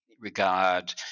regard